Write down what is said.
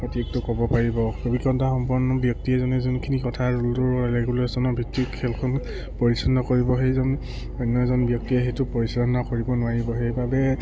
সঠিকটো ক'ব পাৰিব অভিজ্ঞতা সম্পন্ন ব্যক্তি এজনে যোনখিনি কথা ৰুল ৰেগুলেশ্যনৰ ভিত্তিত খেলখন পৰিচালনা কৰিব সেইজন অন্য এজন ব্যক্তিয়ে সেইটো পৰিচালনা কৰিব নোৱাৰিব সেইবাবে